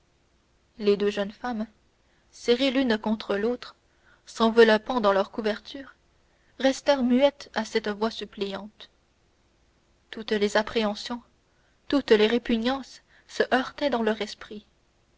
les deux femmes serrées l'une contre l'autre s'enveloppant dans leurs couvertures restèrent muettes à cette voix suppliante toutes les appréhensions toutes les répugnances se heurtaient dans leur esprit